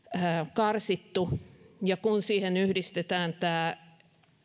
karsittu ja kun siihen yhdistetään tämä